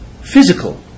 physical